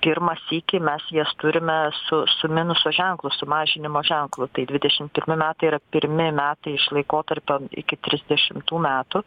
pirmą sykį mes jas turime su su minuso ženklu su mažinimo ženklu tai dvidešimt pirmi metai yra pirmi metai iš laikotarpio iki trisdešimtų metų